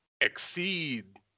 exceed